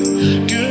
Good